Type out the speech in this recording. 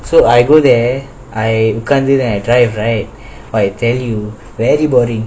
so I go there I உட்கார்ந்து:ukkanthu then I drive right I tell you very boring